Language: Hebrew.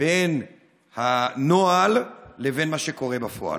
בין הנוהל לבין מה שקורה בפועל.